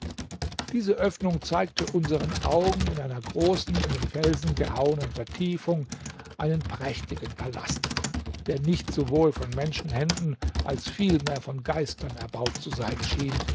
diese öffnung zeigte unseren augen in einer großen in den felsen gehauenen vertiefung einen prächtigen palast der nicht sowohl von menschenhänden als vielmehr von geistern erbaut zu sein schien